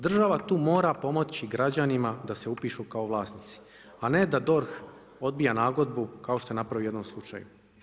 Država tu mora pomoći građanima da se upišu kao vlasnici, a ne da DORH odbija nagodbu kao što je napravio u jednom slučaju.